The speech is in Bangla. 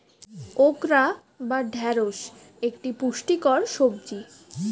ওকরা বা ঢ্যাঁড়স একটি পুষ্টিকর সবজি